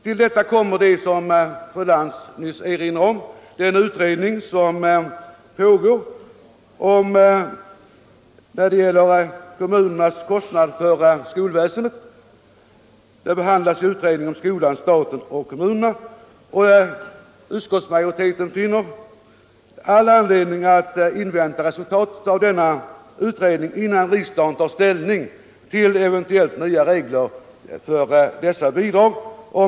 Till detta kommer det som fru Lantz nyss erinrade om, nämligen att frågan om statsbidrag till kommunernas kostnader för skolväsendet nu behandlas i utredningen om skolan, staten och kommunerna. Utskottsmajoriteten finner all anledning ati invänta resultatet av denna utredning innan riksdagen tar ställning till eventuellt nya regler för dessa bidrag.